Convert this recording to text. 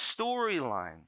storyline